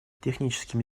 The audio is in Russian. техническими